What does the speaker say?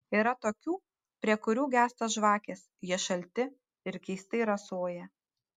yra tokių prie kurių gęsta žvakės jie šalti ir keistai rasoja